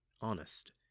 honest